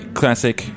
classic